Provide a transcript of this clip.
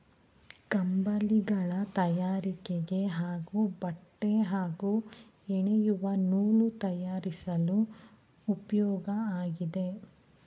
ಕಂಬಳಿಗಳ ತಯಾರಿಕೆಗೆ ಹಾಗೂ ಬಟ್ಟೆ ಹಾಗೂ ಹೆಣೆಯುವ ನೂಲು ತಯಾರಿಸಲು ಉಪ್ಯೋಗ ಆಗಿದೆ